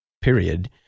period